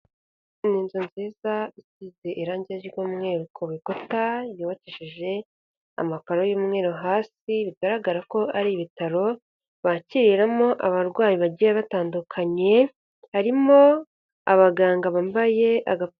Ni inzu nziza isize irangi ry'umweru ku bikuta, yubakishe amakaro y'umweru hasi, bigaragara ko ari ibitaro bakiriramo abarwayi bagiye batandukanye, harimo abaganga bambaye aga...